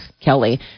Kelly